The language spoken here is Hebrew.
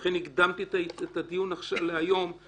ולכן הקדמתי את הדיון להיום כי